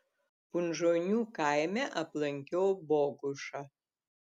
punžonių kaime aplankiau bogušą